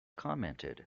commented